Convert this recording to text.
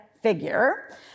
figure